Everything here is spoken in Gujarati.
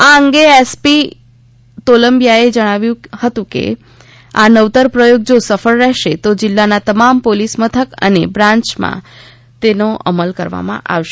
આ અંગે એસપી તોલંબિયાએ જણાવ્યું હતું કે આ નવતર પ્રથોગ જો સફળ રહેશે તો જીલ્લાના તમામ પોલીસ મથક અને બ્રાન્યમાં તેનો અમલ કરવામાં આવશે